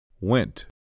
Went